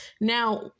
Now